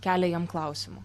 kelia jiem klausimų